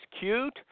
cute